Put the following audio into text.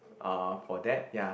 uh for that ya